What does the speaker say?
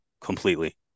completely